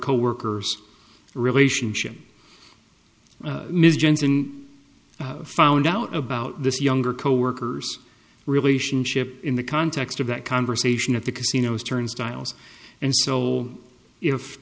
coworkers relationship ms jensen found out about this younger coworkers relationship in the context of that conversation at the casinos turnstiles and so if